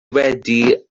wedi